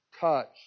touch